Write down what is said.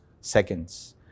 seconds